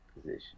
position